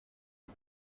خوب